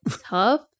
Tough